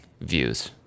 views